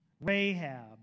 Rahab